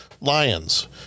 lions